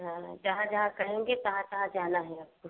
हाँ जहाँ जहाँ कहेंगे तहाँ तहाँ जाना है आपको